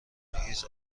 هیز